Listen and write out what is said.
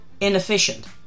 inefficient